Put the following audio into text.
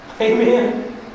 Amen